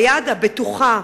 היד הבטוחה,